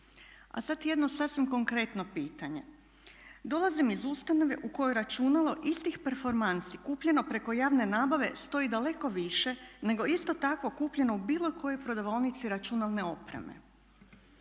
A sada jedno sasvim konkretno pitanje. Dolazim iz ustanove u kojoj računalo istih performansi kupljeno preko javne nabave stoji daleko više nego isto takvo kupljeno u bilo kojoj prodavaonici računalne opreme.